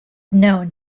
known